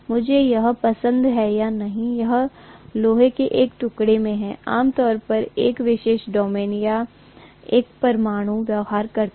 मुझे यह पसंद है या नहीं यह लोहे के एक टुकड़े में है आमतौर पर एक विशेष डोमेन या एक परमाणु व्यवहार करता है